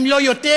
אם לא יותר,